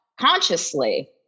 consciously